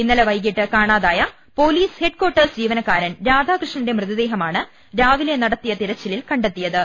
ഇന്നലെ വൈകീട്ട് കാണാതായ പൊലീസ് ഹെഡ്കാർട്ടേഴ്സ് ജീവനക്കാരൻ രാധാകൃ ഷ്ണന്റെ മൃതദേഹമാണ് രാവിലെ നടത്തിയ തെരച്ചിലിൽ കണ്ടെത്തിയത്